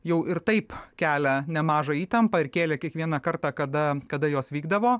jau ir taip kelia nemažą įtampą ir kėlė kiekvieną kartą kada kada jos vykdavo